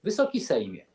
Wysoki Sejmie!